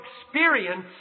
experience